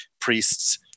priests